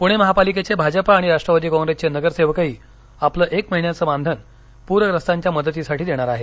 पुणे महापालिकेचे भाजपा आणि राष्ट्रवादी कॉप्रेसचे नगरसेवकही आपलं एक महिन्याचं मानधन प्रग्रस्तांच्या मदतीसाठी देणार आहेत